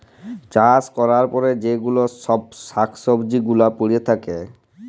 চাষ ক্যরার পরে যে চ্ছব শাক সবজি গুলা পরে থাক্যে